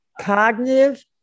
cognitive